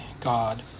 God